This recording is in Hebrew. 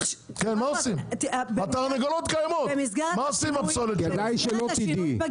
כדאי שלא תדעי.